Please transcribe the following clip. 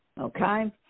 Okay